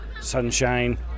sunshine